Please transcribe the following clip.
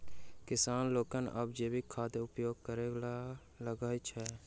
किसान लोकनि आब जैविक खादक उपयोग करय लगलाह अछि